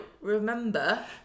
remember